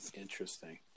Interesting